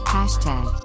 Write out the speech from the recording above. Hashtag